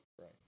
Right